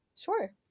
Sure